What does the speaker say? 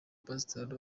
pastor